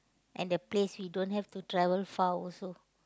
and the place we don't have to travel far also